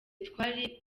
twali